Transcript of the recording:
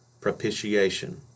Propitiation